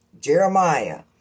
Jeremiah